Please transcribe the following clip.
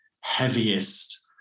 heaviest